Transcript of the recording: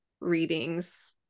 readings